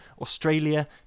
Australia